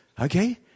Okay